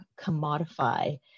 commodify